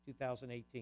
2018